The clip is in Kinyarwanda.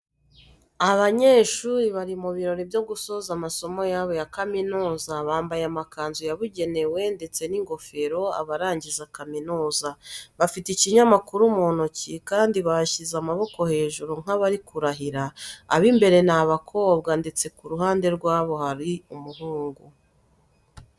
Abanyeshuri bari mu birori byo gusoza amasomo yabo ya kaminuza bambaye amakanzu yabugenewe ndetse n'ingofero abarangiza kaminuza, bafite ikinyamakuru mu ntoki kandi bashyize amaboko hejuru nk'abari kurahira. Ab'imbere ni abakobwa ndetse ku ruhande rwabo hari umuhungu.